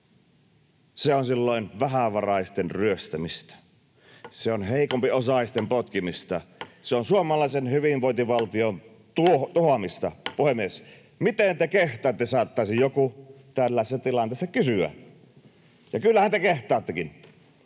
se on silloin vähävaraisten ryöstämistä, se on heikompiosaisten potkimista, se on suomalaisen hyvinvointivaltion tuhoamista. Puhemies! Miten te kehtaatte? Näin saattaisi joku tällaisessa tilanteessa kysyä. Ja kyllähän te kehtaattekin.